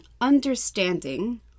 understanding